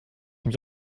mich